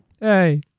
Hey